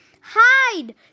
Hide